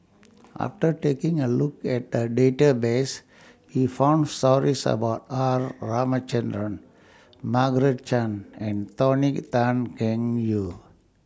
after taking A Look At The Database We found stories about R Ramachandran Margaret Chan and Tony Tan Keng Joo